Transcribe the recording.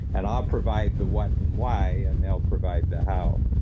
and i'll provide the what and why, and they'll provide the how.